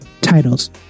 titles